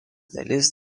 dalis